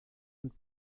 und